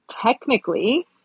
technically